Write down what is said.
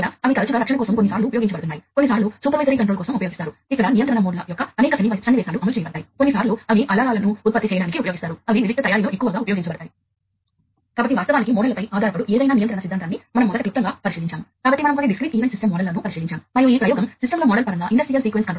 అప్పుడు మీరు వాటిని సరిగ్గా కన్ఫిగర్ చేయాలి మరియు నెట్వర్క్లో వందల వేల పరికరాలను కన్ఫిగర్ చేయడం సాధారణ పని కాదు మొదట నా ఉద్దేశ్యం ఏమిటంటే పరికరాలు ఎల్లప్పుడూ జోడించబడతాయి